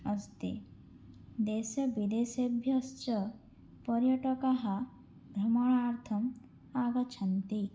अस्ति देशविदेशेभ्यश्च पर्यटकाः भ्रमणार्थम् आगच्छन्ति